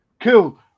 Cool